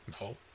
No